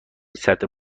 سطح